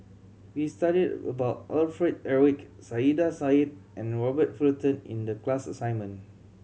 we studied about Alfred Eric Saiedah Said and Robert Fullerton in the class assignment